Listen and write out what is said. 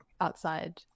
outside